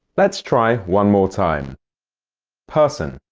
let's try one more time person,